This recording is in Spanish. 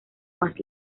más